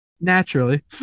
Naturally